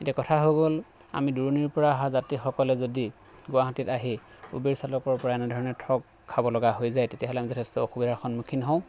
এতিয়া কথা হৈ গ'ল আমি দূৰণিৰ পৰা অহা যাত্ৰীসকলে যদি গুৱাহাটীত আহি ওবেৰ চালকৰ পৰা এনেধৰণে ঠগ খাবলগা হৈ যায় তেতিয়াহ'লে আমি যথেষ্ট অসুবিধাৰ সন্মুখীন হওঁ